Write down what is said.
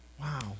Wow